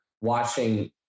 watching